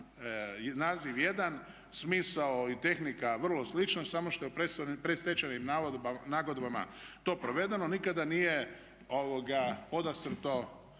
naziv jedan, smisao i tehnika vrlo slično samo što je u predstečajnim nagodbama to provedeno nikada nije podastrto